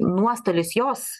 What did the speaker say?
nuostolis jos